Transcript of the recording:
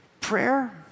Prayer